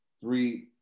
three